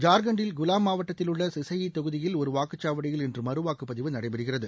ஜார்க்கண்ட்டில் குலாம் மாவட்டத்திலுள்ள சிசயி தொகுதியில் ஒரு வாக்குச்சாவடியில் இன்று மறுவாக்குப் பதிவு நடைபெறுகிறது